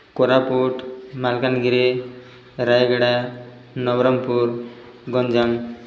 Koraput Malkangiri Rayagada Nabarangpur Ganjam